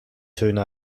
töne